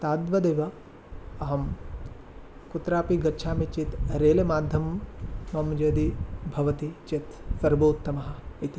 तद्वदेव अहं कुत्रापि गच्छामि चेत् रेल्माध्यमं मम यदि भवति चेत् सर्वोत्तमः इति